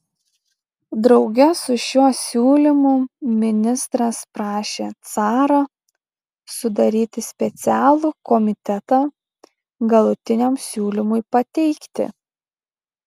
drauge su šiuo siūlymu ministras prašė carą sudaryti specialų komitetą galutiniam siūlymui pateikti